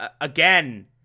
again